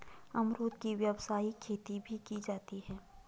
अमरुद की व्यावसायिक खेती भी की जाती है